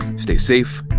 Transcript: stay safe,